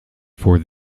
for